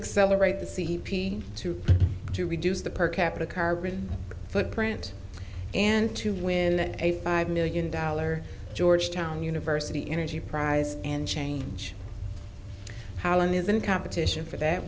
accelerate the c p to to reduce the per capita carbon footprint and to win a five million dollar georgetown university energy prize and change how in is in competition for that